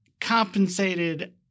compensated